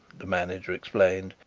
the manager explained.